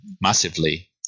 massively